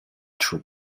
true